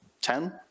ten